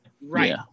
right